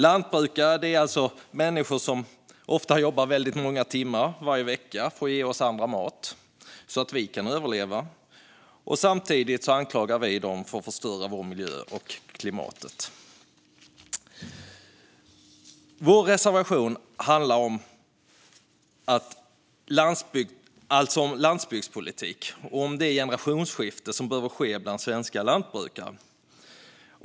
Lantbrukare är människor som ofta jobbar väldigt många timmar varje vecka för att ge oss andra mat, så att vi kan överleva, samtidigt som vi anklagar dem för att förstöra miljön och klimatet. Sverigedemokraternas reservation handlar om landsbygdspolitiken och om det generationsskifte som behöver ske bland svenska lantbrukare.